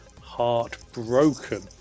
heartbroken